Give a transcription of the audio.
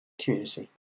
community